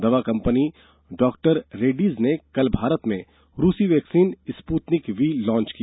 दवा company doctor Reddy's ने कल भारत में रूसी वैक्सीन स्प्रतनिक वी लांच की